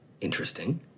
interesting